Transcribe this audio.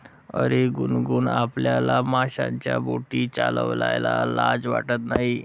अरे गुनगुन, आपल्याला माशांच्या बोटी चालवायला लाज वाटत नाही